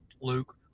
Luke